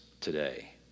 today